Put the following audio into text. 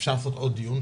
אפשר לעשות עוד דיון,